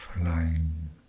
flying